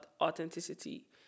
authenticity